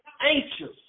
anxious